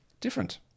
different